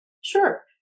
Sure